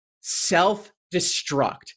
self-destruct